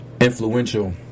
influential